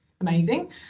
amazing